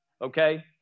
okay